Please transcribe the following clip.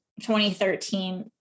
2013